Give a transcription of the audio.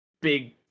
big